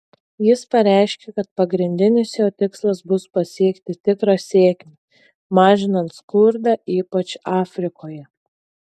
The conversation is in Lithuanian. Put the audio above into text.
jis pareiškė kad pagrindinis jo tikslas bus pasiekti tikrą sėkmę mažinant skurdą ypač afrikoje